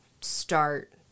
start